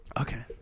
Okay